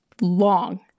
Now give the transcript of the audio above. long